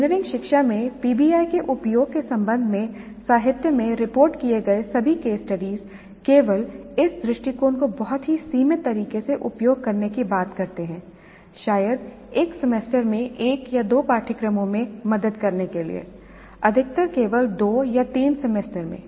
engineering शिक्षा में PBI के उपयोग के संबंध में साहित्य में रिपोर्ट किए गए सभी केस स्टडी केवल इस दृष्टिकोण को बहुत ही सीमित तरीके से उपयोग करने की बात करते हैं शायद एक सेमेस्टर में एक या दो पाठ्यक्रमों में मदद करने के लिए अधिकतर केवल दो या तीन सेमेस्टर में